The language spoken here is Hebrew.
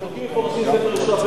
יש פסוקים מפורשים בספר יהושע.